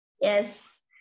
Yes